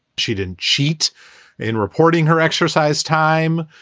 she didn't cheat in reporting her exercise time,